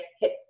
hit